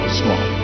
small